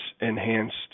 enhanced